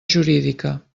jurídica